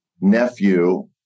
nephew